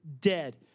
dead